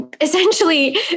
essentially